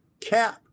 cap